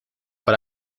but